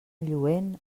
lluent